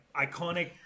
iconic